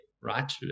Right